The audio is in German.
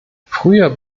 früher